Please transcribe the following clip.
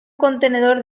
contenedor